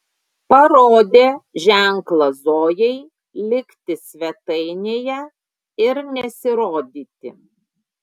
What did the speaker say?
parodė ženklą zojai likti svetainėje ir nesirodyti